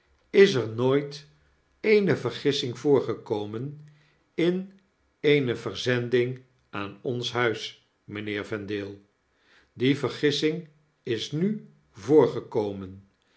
is er nooit eene vergissing voorgekomen in eene verzending aan ons huis mynheer vendale die vergissing is nu